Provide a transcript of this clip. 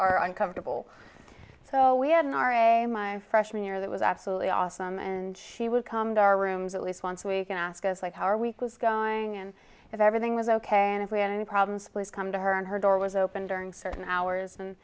are uncomfortable so we had an r a my freshman year that was absolutely awesome and she would come to our rooms at least once a week and ask us like our week was going and if everything was ok and if we had any problems please come to her and her door was open during certain hours and